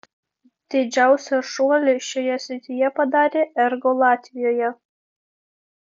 didžiausią šuolį šioje srityje padarė ergo latvijoje